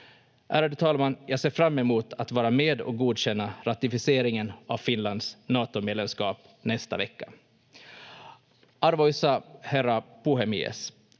Ärade talman! Jag ser fram emot att vara med och godkänna ratificeringen av Finlands Natomedlemskap nästa vecka. Arvoisa herra puhemies!